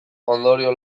ondorio